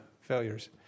failures